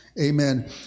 Amen